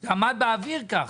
זה עמד באוויר ככה.